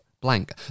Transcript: blank